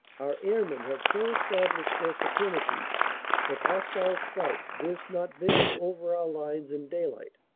our airmen had so established their supremacy that hostile scouts durst not venture over our lines in daylight.